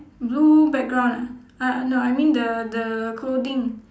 blue background ah ah no I mean the the clothing